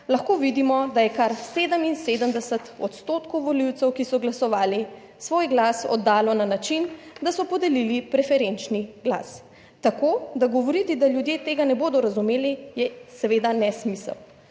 lahko vidimo, da je kar 77 % volivcev, ki so glasovali, svoj glas oddalo na način, da so podelili preferenčni glas. Tako, da govoriti, da ljudje tega ne bodo razumeli, je seveda nesmisel.